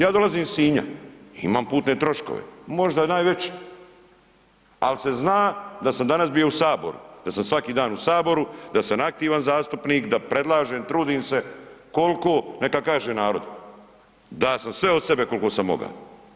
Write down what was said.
Ja dolazim iz Sinja i imam putne troškove, možda najveć al se zna da sam danas bio u saboru, da sam svaki dan u saboru, da sam aktivan zastupnik, da predlažem, trudim se, koliko neka kaže narod, dao sam sve od sebe koliko sam moga.